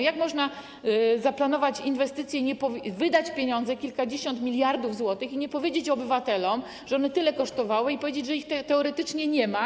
Jak można zaplanować inwestycje, wydać pieniądze, kilkadziesiąt miliardów złotych, i nie powiedzieć obywatelom, że one tyle kosztowały, i powiedzieć, że teoretycznie nie ma.